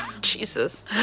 Jesus